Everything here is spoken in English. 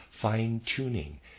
fine-tuning